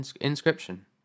Inscription